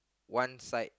one side